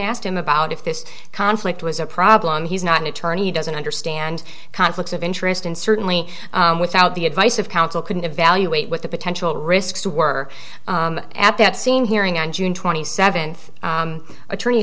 asked him about if this conflict was a problem he's not an attorney he doesn't understand conflicts of interest and certainly without the advice of counsel couldn't evaluate what the potential risks were at that scene hearing on june twenty seventh attorney